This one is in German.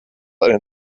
eine